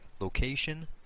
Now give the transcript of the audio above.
location